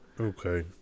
Okay